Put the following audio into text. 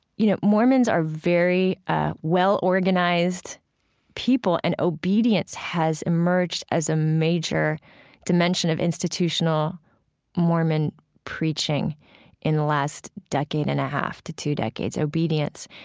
you know, mormons are very well organized people, and obedience has emerged as a major dimension of institutional mormon preaching in the last decade and a half to two decades. obedience.